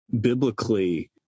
biblically